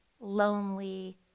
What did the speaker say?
lonely